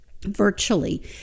virtually